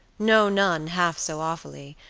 no nun half so awfully,